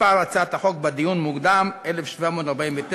מספר הצעת החוק בדיון מוקדם: פ/1749/19,